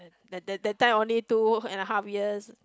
that that that time only two and a half years